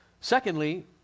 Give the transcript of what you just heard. Secondly